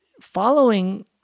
following